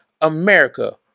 America